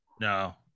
No